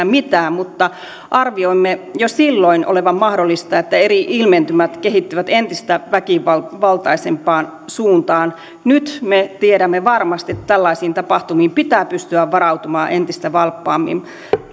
mitään mutta arvioimme jo silloin olevan mahdollista että eri ilmentymät kehittyvät entistä väkivaltaisempaan suuntaan nyt me tiedämme varmasti että tällaisiin tapahtumiin pitää pystyä varautumaan entistä valppaammin